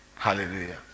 Hallelujah